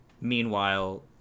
Meanwhile